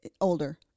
older